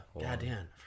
Goddamn